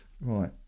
right